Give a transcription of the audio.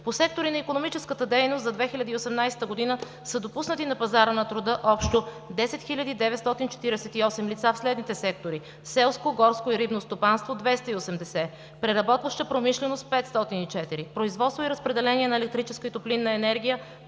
По сектори на икономическата дейност за 2018 г. са допуснати на пазара на труда общо 10 948 лица в следните сектори: селско, горско и рибно стопанство – 280; преработваща промишленост – 504; производство и разпределение на електрическа и топлинна енергия